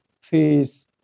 face